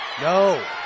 No